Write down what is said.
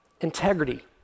integrity